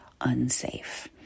unsafe